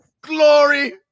glory